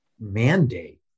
mandate